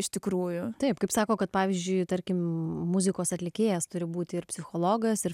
iš tikrųjų taip kaip sako kad pavyzdžiui tarkim muzikos atlikėjas turi būti ir psichologas ir